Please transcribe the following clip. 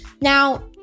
Now